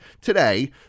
today